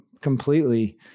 completely